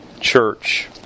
church